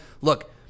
look